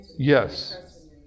Yes